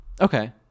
Okay